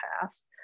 past